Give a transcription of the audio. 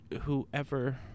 whoever